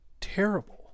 Terrible